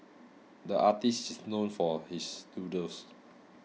the artist is known for his doodles